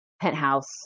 penthouse